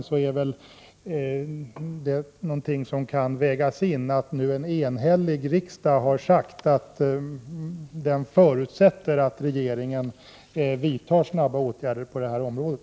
Vid en sådan prövning kan det väl vägas in att riksdagen enhälligt har sagt att den förutsätter att regeringen vidtar snara åtgärder på det här området.